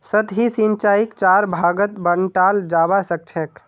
सतही सिंचाईक चार भागत बंटाल जाबा सखछेक